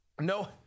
No